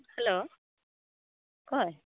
hello ᱚᱠᱚᱭ